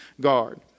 guard